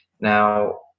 Now